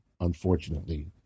unfortunately